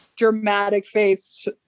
dramatic-faced